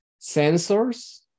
sensors